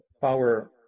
power